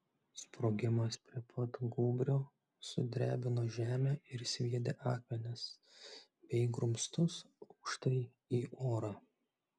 sprogimas prie pat gūbrio sudrebino žemę ir sviedė akmenis bei grumstus aukštai į orą